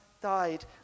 died